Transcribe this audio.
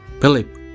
Philip